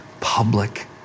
public